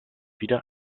wieder